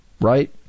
Right